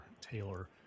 Taylor